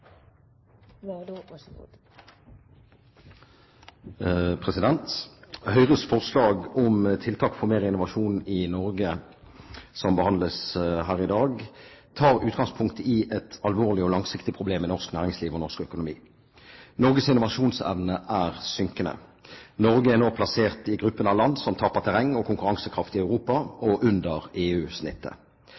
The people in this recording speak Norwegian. Høyres forslag om tiltak for mer innovasjon i Norge, som behandles her i dag, tar utgangspunkt i et alvorlig og langsiktig problem i norsk næringsliv og norsk økonomi. Norges innovasjonsevne er synkende. Norge er nå plassert i gruppen av land som taper terreng og konkurransekraft i Europa, og er under